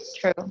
True